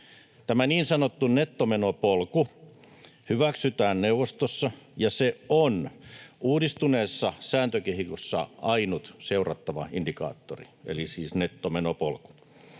Tämä niin sanottu nettomenopolku hyväksytään neuvostossa, ja se on uudistuneessa sääntökehikossa ainut seurattava indikaattori — eli siis nettomenopolku.